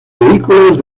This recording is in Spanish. vehículos